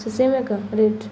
ସେ ସେମ୍ ଏକା ରେଟ୍